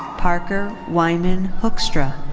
parker wyman hoekstra.